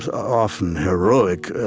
often heroic,